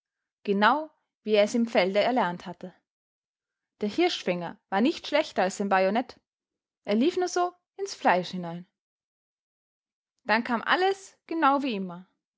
genau wie er es im felde erlernt hatte der hirschfänger war nicht schlechter als sein bajonett er lief nur so ins fleisch hinein dann kam alles genau wie immer